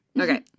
Okay